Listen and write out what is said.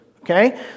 okay